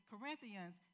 Corinthians